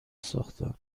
ساختن